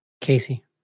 casey